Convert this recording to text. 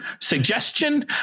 suggestion